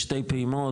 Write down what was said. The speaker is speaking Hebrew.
בשתי פעימות,